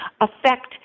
affect